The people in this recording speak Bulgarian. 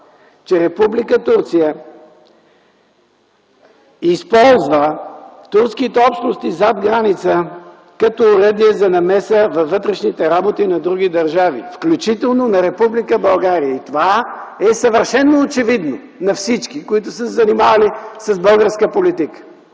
че Република Турция използва турските общности зад граница като оръдие за намеса във вътрешните работи на други държави, включително на Република България. Това е съвършено очевидно за всички, които са се занимавали с българска политика.